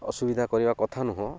ଅସୁବିଧା କରିବା କଥା ନୁହେଁ